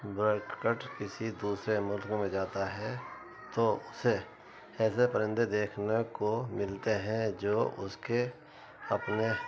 by کٹ کسی دوسرے ملک میں جاتا ہے تو اسے ایسے پرندے دیکھنے کو ملتے ہیں جو اس کے اپنے